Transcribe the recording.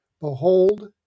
Behold